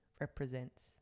represents